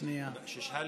כל הכבוד.